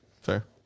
fair